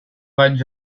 vaig